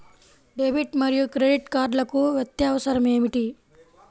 Debit మరియు credit కార్డ్లకు వ్యత్యాసమేమిటీ?